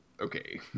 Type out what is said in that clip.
okay